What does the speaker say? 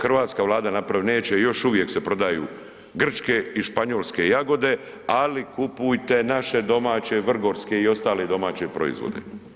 To hrvatska Vlada napravit neće još uvijek se prodaju Grčke i Španjolske jagode ali kupujte naše domaće Vrgorske i ostale domaće proizvode.